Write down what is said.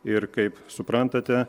ir kaip suprantate